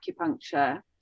acupuncture